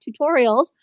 tutorials